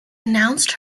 announced